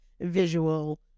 visual